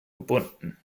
verbunden